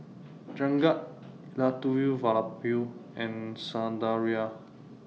Jagat Elattuvalapil and Sundaraiah